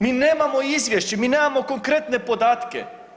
Mi nemamo izvješće, mi nemamo konkretne podatke.